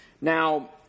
Now